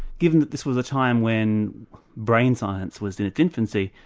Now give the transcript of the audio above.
given that this was a time when brain science was in its infancy,